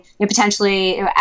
potentially